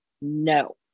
No